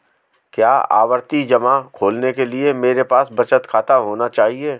क्या आवर्ती जमा खोलने के लिए मेरे पास बचत खाता होना चाहिए?